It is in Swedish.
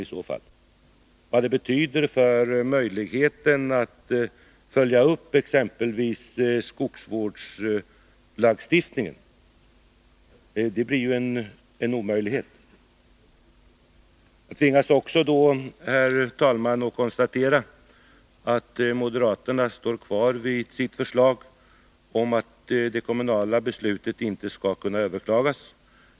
Har ni funderat över vad det betyder för möjligheten att följa upp exempelvis skogsvårdslagstiftningen? Att göra det blir ju en omöjlighet. Herr talman! Jag tvingas konstatera att moderaterna står kvar vid sitt förslag om att det kommunala beslutet inte skall kunna överklagas.